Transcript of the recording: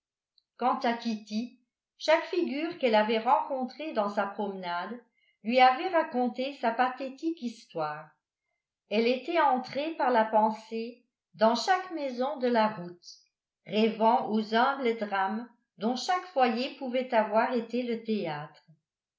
quant à kitty chaque figure qu'elle avait rencontrée dans sa promenade lui avait raconté sa pathétique histoire elle était entrée par la pensée dans chaque maison de la route rêvant aux humbles drames dont chaque foyer pouvait avoir été le théâtre